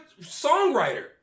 songwriter